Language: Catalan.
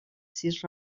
sis